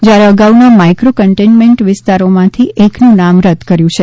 જયારે અગાઉના micro containment વિસ્તારોમાંથી એકનું નામ રદ કર્યું છે